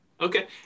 Okay